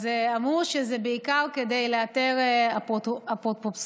אמרו שזה בעיקר כדי לאתר אפוטרופסות.